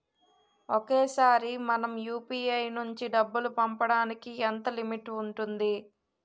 ఒకేసారి మనం యు.పి.ఐ నుంచి డబ్బు పంపడానికి ఎంత లిమిట్ ఉంటుంది?